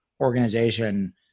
organization